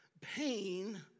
pain